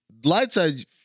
Lightside